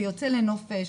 ויוצא לנופש,